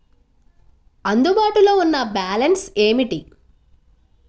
అందుబాటులో ఉన్న బ్యాలన్స్ ఏమిటీ?